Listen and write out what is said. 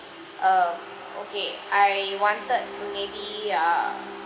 uh okay I wanted mm maybe err